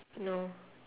no